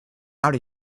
out